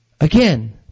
Again